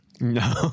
no